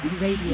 Radio